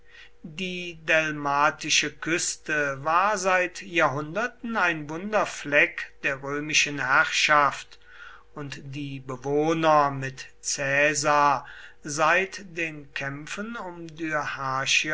die delmatische küste war seit jahrhunderten ein wunder fleck der römischen herrschaft und die bewohner mit caesar seit den kämpfen um